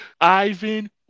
Ivan